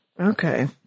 Okay